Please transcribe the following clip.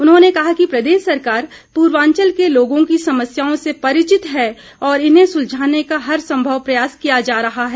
उन्होंने कहा कि प्रदेश सरकार पूर्वांचल के लोगों की समस्याओं से परिचित हैं और इन्हें सुलझाने का हर संभव प्रयास किया जा रहा है